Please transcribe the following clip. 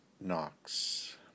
Knox